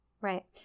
right